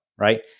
right